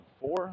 four